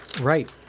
right